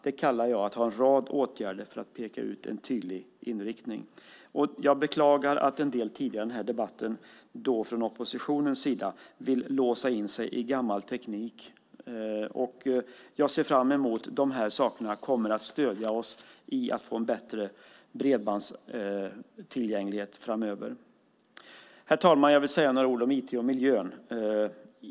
Det kallar jag att ha en rad åtgärder för att peka ut en tydlig inriktning. Jag beklagar att en del från oppositionens sida tidigare här i debatten vill låsa in sig i gammal teknik. Jag ser fram emot att de här sakerna kommer att stödja oss när det gäller att få en bättre bredbandstillgänglighet framöver. Herr talman! Jag vill säga några ord om IT och miljön.